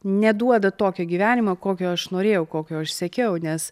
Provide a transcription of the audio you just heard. neduoda tokio gyvenimo kokio aš norėjau kokio aš siekiau nes